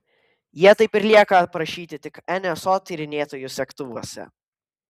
jie taip ir lieka aprašyti tik nso tyrinėtojų segtuvuose